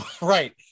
Right